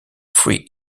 free